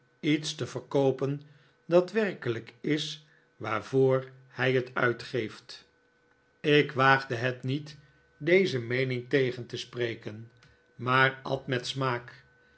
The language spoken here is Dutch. iets te verkoopen dat werkelijk is waarvoor hij het uitgeeft david copperfield ik waagde het niet deze meening tegen te spreken maar at met smaak